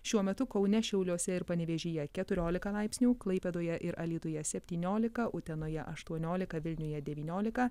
šiuo metu kaune šiauliuose ir panevėžyje keturiolika laipsnių klaipėdoje ir alytuje septyniolika utenoje aštuoniolika vilniuje devyniolika